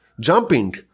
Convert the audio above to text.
jumping